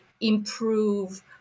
improve